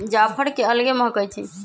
जाफर के अलगे महकइ छइ